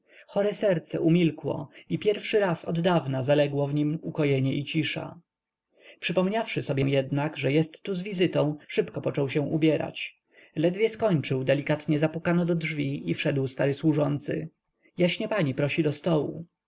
chore serce umilkło i pierwszy raz oddawna zaległo w niem ukojenie i cisza przypomniawszy jednak sobie że jest tu z wizytą szybko począł się ubierać ledwie skończył delikatnie zapukano do drzwi i wszedł stary służący jaśnie pani prosi do stołu